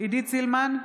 עידית סילמן,